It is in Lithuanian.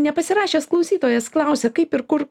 nepasirašęs klausytojas klausia kaip ir kur